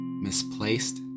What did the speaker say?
Misplaced